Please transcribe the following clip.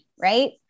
right